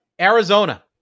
Arizona